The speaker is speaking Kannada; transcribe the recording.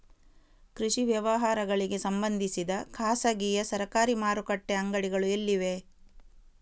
ಕೃಷಿ ವ್ಯವಹಾರಗಳಿಗೆ ಸಂಬಂಧಿಸಿದ ಖಾಸಗಿಯಾ ಸರಕಾರಿ ಮಾರುಕಟ್ಟೆ ಅಂಗಡಿಗಳು ಎಲ್ಲಿವೆ?